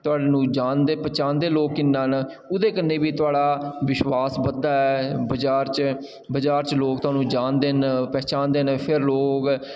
थुआढ़े लोक जानदे पहचानदे लोक किन्ना न ओह्दे कन्नै बी थुआढ़ा विश्वास बधदा ऐ बजार च बजार च लोक थुहानूं जानदे न पनछानदे न कि लोक